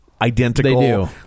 identical